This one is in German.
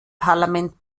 parlament